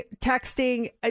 texting